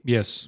Yes